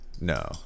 No